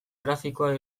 grafikoa